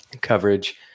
coverage